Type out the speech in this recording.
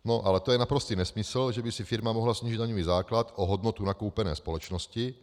No ale to je naprostý nesmysl, že by si firma mohla snížit daňový základ o hodnotu nakoupené společnosti.